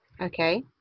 Okay